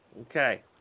Okay